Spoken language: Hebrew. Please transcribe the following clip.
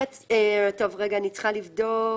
במקום פרט 1 יבוא: